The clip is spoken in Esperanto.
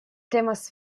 temas